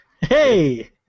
Hey